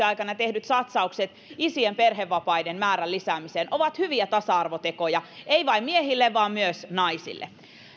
aikana tehdyt satsaukset isien perhevapaiden määrän lisäämiseen ovat hyviä tasa arvotekoja eivät vain miehille vaan myös naisille